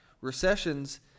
Recessions